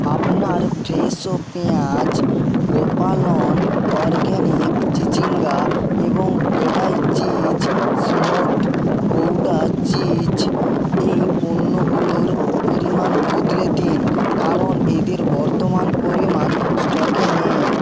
আপনার ফ্রেশো পেঁয়াজ গোপালন অরগ্যানিক চিচিঙ্গা এবং Kodai cheese smoked Gouda cheese এই পণ্যগুলোর পরিমাণ বদলে দিন কারণ এদের বর্তমান পরিমাণ স্টকে নেই